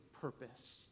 purpose